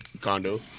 condo